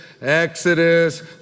Exodus